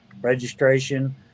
registration